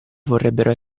vorrebbero